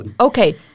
Okay